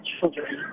children